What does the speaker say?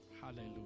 Hallelujah